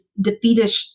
defeatish